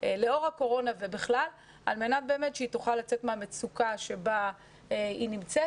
לאור הקורונה ובכלל על מנת שהיא תוכל לצאת מהמצוקה שבה היא נמצאת,